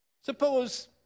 suppose